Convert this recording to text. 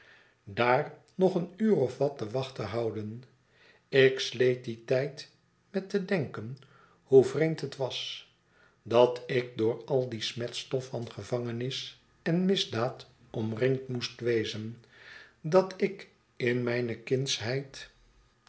daar nog een uur of wat de wacht te houden ik sleet dien tijd met te denken hoe vreemd het was dat ik door al die smetstof van gevangenis en misdaad omringd moest wezen dat ik in mijne kindsheid